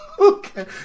Okay